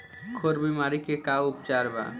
खुर बीमारी के का उपचार बा?